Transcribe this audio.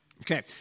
Okay